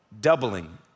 doubling